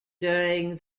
during